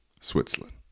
Switzerland